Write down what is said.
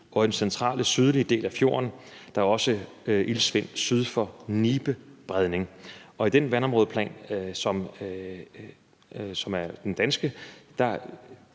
og i den centrale sydlige del af fjorden. Der er også iltsvind syd for Nibe Bredning. I den vandområdeplan, som er den danske,